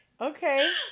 Okay